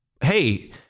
Hey